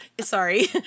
sorry